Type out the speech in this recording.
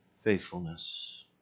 faithfulness